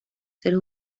seres